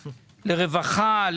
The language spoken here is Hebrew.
לרווחה,